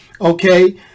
Okay